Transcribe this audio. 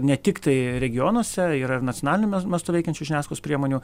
ne tiktai regionuose ir ar nacionaliniu mes mastu veikiančių žiniasklaidos priemonių